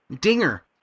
Dinger